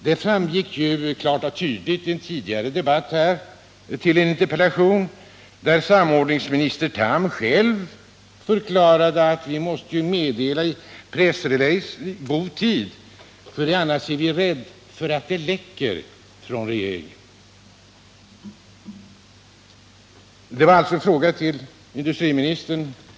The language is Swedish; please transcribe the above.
Det framgick klart av en tidigare interpellationsdebatt i kammaren i dag, där samordningsminister Tham själv förklarade att man måste ge ut en pressrelease i god tid, eftersom man annars är rädd för att det kommer att ”läcka” från regeringen.